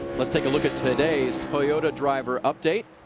let's take a look at today's toyota driver update.